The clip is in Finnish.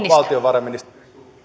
valtiovarainministeri